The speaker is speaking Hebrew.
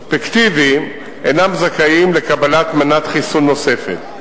פרוספקטיבי, הם אינם זכאים לקבלת מנת חיסון נוספת.